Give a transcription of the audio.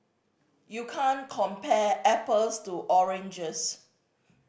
you can't compare apples to oranges